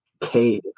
cave